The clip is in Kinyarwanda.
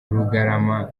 rugarama